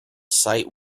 site